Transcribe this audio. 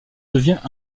devient